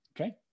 Okay